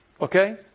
Okay